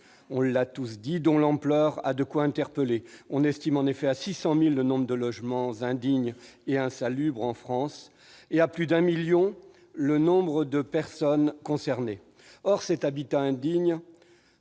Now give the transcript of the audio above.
fléau, dont l'ampleur a de quoi interpeller. On estime en effet à 600 000 le nombre de logements indignes et insalubres en France et à plus de 1 million le nombre de personnes concernées. Or l'habitat indigne